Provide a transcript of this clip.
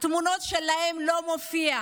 התמונות שלהם לא מופיעות.